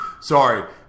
Sorry